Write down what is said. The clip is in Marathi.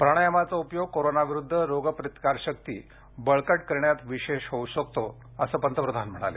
प्राणायामाचा उपयोग कोरोनाविरुद्ध रोग प्रतिकार शक्ती बळकट करण्यात विशेष होऊ शकतो असं पंतप्रधान म्हणाले